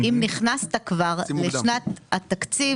אם נכנסת כבר לשנת התקציב